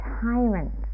tyrant